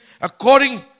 according